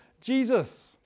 Jesus